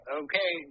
okay